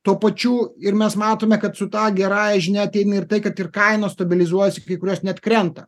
tuo pačiu ir mes matome kad su ta gerąja žinia ateina ir tai kad ir kainos stabilizuojasi kai kurios net krenta